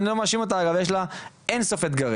ואני לא מאשים אותה אגב כי יש לה אינסוף אתגרים,